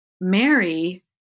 Mary